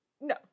No